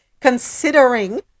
considering